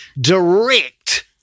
direct